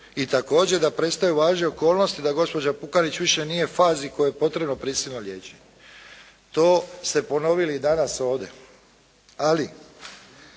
i također da prestaju važiti okolnosti da gospođa Pukanić više nije u fazi u kojoj je potrebno prisilno liječenje. To ste ponovili i danas ovdje, ali